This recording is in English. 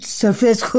surface